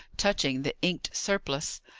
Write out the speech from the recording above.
touching the inked surplice.